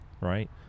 Right